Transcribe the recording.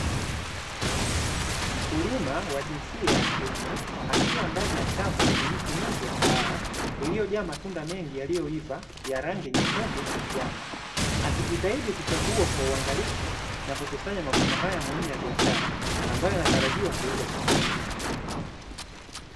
Wakulima wa jinsia ya kiume akiwa ndani ya shamba lenye miti mingi ya kahawa iliyo jaa matunda mengi yaliyo iva ya rangi nyekundu na kijani, akijitahidi kuchagua kwa uangalifu na kukusanya mavuno haya muhimu ya biashara ambayo yanatarajiwa kuuzwa sokoni.